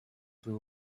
blue